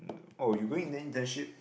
oh you going internship